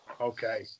Okay